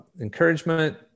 Encouragement